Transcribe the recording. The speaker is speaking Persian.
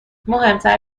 مهمتر